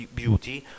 beauty